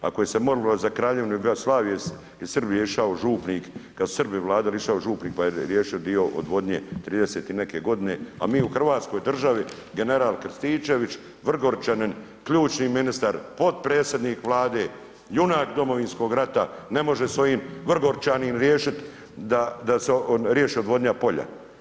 Ako se moglo za Kraljevine Jugoslavije i iz Srbije je išao župnik, kada su Srbi vladali, išao je župnik pa je riješio dio odvodnje '30. i neke godine a mi u Hrvatskoj državi general Krstičević, Vrgorčanin, ključni ministar, potpredsjednik Vlade, junak Domovinskog rata ne može svojim Vrgorčanima riješit da se riješi odvodnja polja.